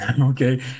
Okay